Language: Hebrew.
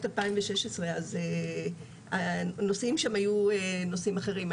2016 אז הנושאים שם היו נושאים אחרים.